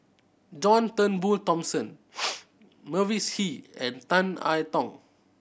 John Turnbull Thomson Mavis Hee and Tan I Tong